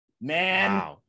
man